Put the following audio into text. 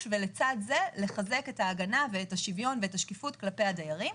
ולצד זה לחזק את ההגנה ואתה שוויון והשקיפות כלפי הדיירים.